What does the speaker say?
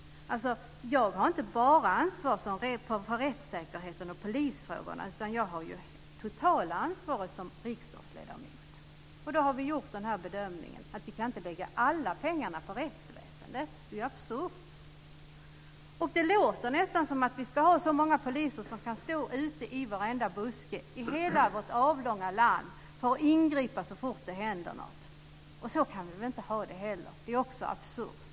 Jag har inte ansvar enbart för rättssäkerheten och polisfrågorna, utan jag har som riksdagsledamot det totala ansvaret. Därför har vi gjort bedömningen att vi inte kan lägga alla pengarna på rättsväsendet. Det vore ju absurt. Ibland låter det nästan som om vi ska ha poliser ute i varenda buske i hela vårt avlånga land för att ingripa så fort något händer. Så kan vi ju inte heller ha det. Det vore också absurt.